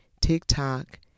TikTok